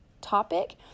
topic